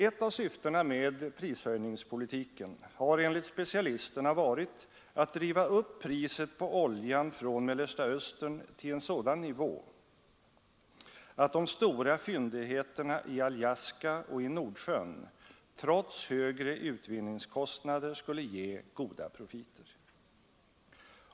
Ett av syftena med prishöjningspolitiken har enligt specialisterna varit att driva upp priset på oljan från Mellersta Östern till en sådan nivå, att de stora fyndigheterna i Alaska och i Nordsjön trots högre utvinningskostnader skulle ge goda profiter.